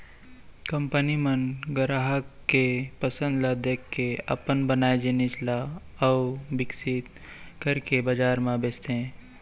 company मन गराहक के पसंद ल देखके अपन बनाए जिनिस ल अउ बिकसित करके बजार म बेचथे